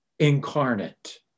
Incarnate